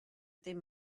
atén